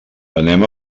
anem